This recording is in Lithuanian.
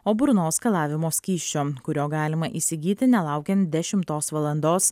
o burnos skalavimo skysčio kurio galima įsigyti nelaukiant dešimtos valandos